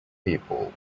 people